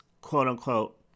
quote-unquote